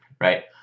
right